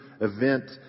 event